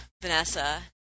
Vanessa